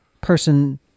person